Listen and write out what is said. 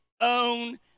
own